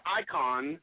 icon